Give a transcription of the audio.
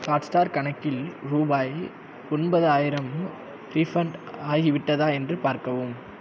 Hotstar கணக்கில் ரூபாய் ஒன்பதாயிரம் ரீஃபண்ட் ஆகி விட்டதா என்று பார்க்கவும்